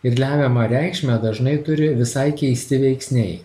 ir lemiamą reikšmę dažnai turi visai keisti veiksniai